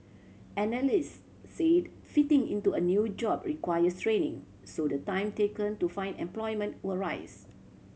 analyst said fitting into a new job requires training so the time taken to find employment will rise